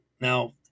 Now